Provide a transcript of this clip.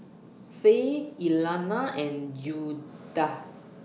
Fay Elana and Judah